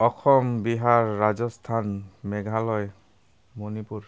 Assam Bihar Rajasthan Meghalaya Manipur